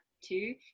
two